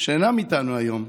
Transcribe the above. שאינם איתנו היום,